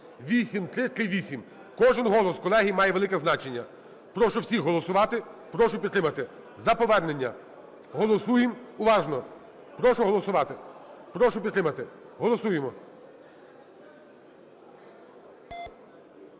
(8338). Кожен голос, колеги, має велике значення. Прошу всіх голосувати, прошу підтримати. За повернення. Голосуємо уважно! Прошу голосувати, прошу підтримати. Голосуємо!